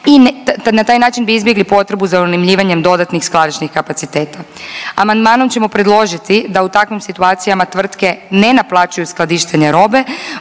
i na taj način bi izbjegli potrebu za unajmljivanjem dodatnih skladišnih kapaciteta. Amandmanom ćemo predložiti da u takvim situacijama tvrtke ne naplaćuju skladištenje robe